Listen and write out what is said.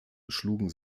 schlugen